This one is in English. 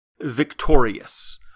victorious